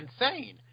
insane